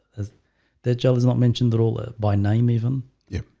as their job is not mentioned at all by name even yeah,